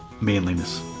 manliness